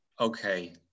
Okay